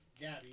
Gabby